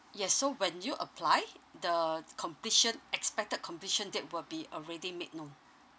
yes so when you apply the completion expected completion date will be already made known